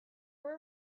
were